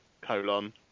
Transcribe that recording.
colon